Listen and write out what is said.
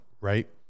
right